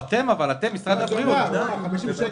אתם במשרד הבריאות ביקשתם פירוט?